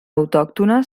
autòctona